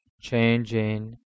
changing